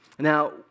Now